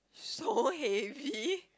so heavy